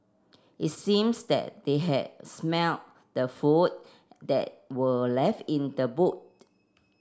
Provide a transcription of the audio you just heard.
it seems that they had smelt the food that were left in the boot